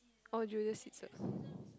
oh Julius-Caesar